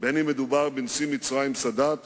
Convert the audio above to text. בין אם מדובר בנשיא מצרים סאדאת